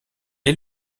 est